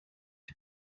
col